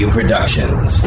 Productions